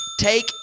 Take